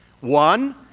One